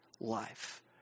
life